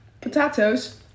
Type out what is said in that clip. potatoes